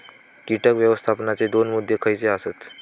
कीटक व्यवस्थापनाचे दोन मुद्दे खयचे आसत?